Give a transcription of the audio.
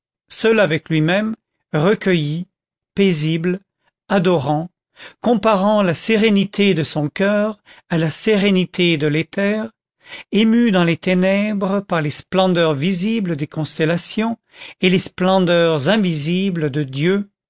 seul avec lui-même recueilli paisible adorant comparant la sérénité de son coeur à la sérénité de l'éther ému dans les ténèbres par les splendeurs visibles des constellations et les splendeurs invisibles de dieu